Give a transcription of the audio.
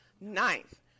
Ninth